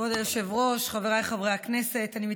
כפי שנמסר לי, בין הקואליציה לאופוזיציה: